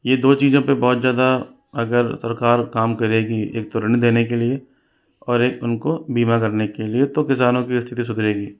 यह दो चीज़ों पर बहुत ज़्यादा अगर सरकार काम करेगी एक तो ऋण देने के लिए और एक उनको बीमा करने के लिए तो किसानों की स्थिति सुधरेगी